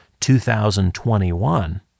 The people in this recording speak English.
2021